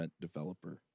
developer